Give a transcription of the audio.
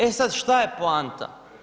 E sada šta je poanta?